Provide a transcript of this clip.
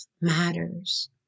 matters